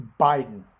Biden